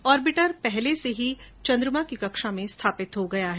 orbiter पहले से ही चंद्रमा की कक्षा में स्थापित हो गया है